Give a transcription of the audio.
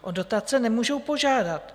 O dotace nemůžou požádat.